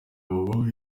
mama